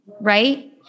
right